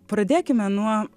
pradėkime nuo